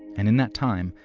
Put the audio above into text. and in that time,